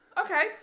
Okay